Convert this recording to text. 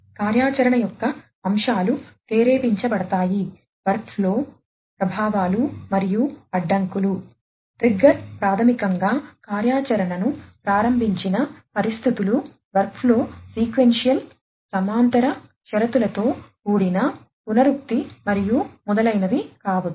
కార్యాచరణ యొక్క అంశాలు ట్రిగ్గర్ సమాంతర షరతులతో కూడిన పునరుక్తి మరియు మొదలైనవి కావచ్చు